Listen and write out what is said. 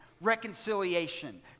reconciliation